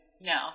No